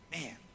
man